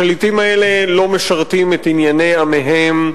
השליטים האלה לא משרתים את ענייני עמיהם,